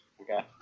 Okay